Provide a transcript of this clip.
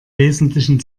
wesentlichen